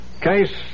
Case